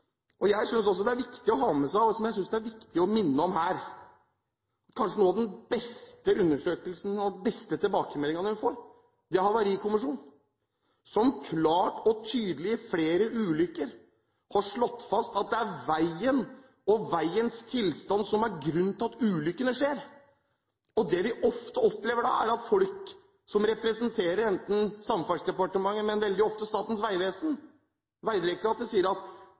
dårlig. Jeg synes også det er viktig å ha med seg og viktig å minne om her at kanskje de beste undersøkelsene og tilbakemeldingene man får, er fra Havarikommisjonen, som klart og tydelig i flere ulykker har slått fast at det er veien og veiens tilstand som er grunnen til at ulykkene skjer. Det vi ofte opplever, er at folk som representerer enten Samferdselsdepartementet, eller veldig ofte Statens vegvesen, sier at